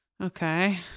Okay